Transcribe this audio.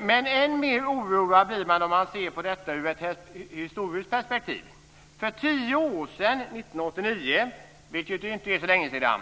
Men än mer oroad blir man om man ser på detta ur ett historiskt perspektiv. För tio år sedan, 1989, vilket inte är så länge sedan,